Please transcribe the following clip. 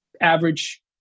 average